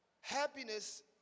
Happiness